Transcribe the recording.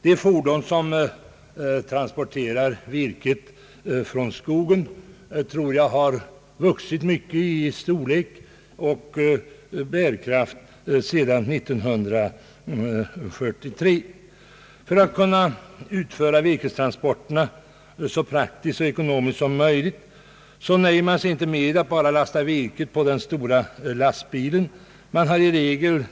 De fordon som transporterar virket från skogen har ökat mycket i storlek och lastförmåga sedan 1943. För att kunna utföra virkestransporterna så praktiskt och ekonomiskt som möjligt nöjer man sig inte med att lasta virket enbart på den stora lastbilen.